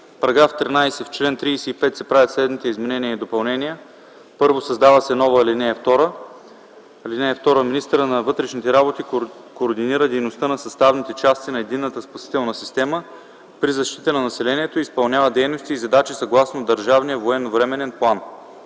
13: „§ 13. В чл. 35 се правят следните изменения и допълнения: 1. Създава се нова ал. 2: „(2) Министърът на вътрешните работи координира дейността на съставните части на Единната спасителна система при защита на населението и изпълнява дейности и задачи съгласно държавния военновременен план.”